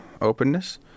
openness